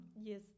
Yes